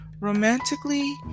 Romantically